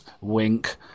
wink